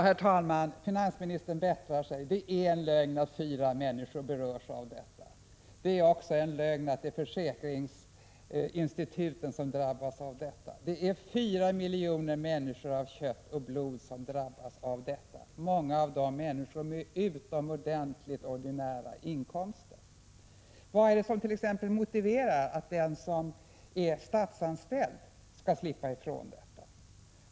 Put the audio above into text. Herr talman! Finansministern bättrar sig — det är en lögn att fyra människor berörs av energiskatten. Det är också en lögn att det är försäkringsinstituten som drabbas. Det är 4 miljoner människor av kött och blod som drabbas, många av dessa med utomordentligt ordinära inkomster. Vad är det som t.ex. motiverar att den som är statsanställd skall slippa ifrån skatten?